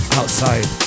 outside